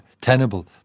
tenable